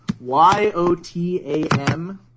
Y-O-T-A-M